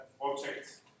objects